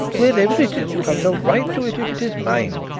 wherever it is you have no right to it if it is mine,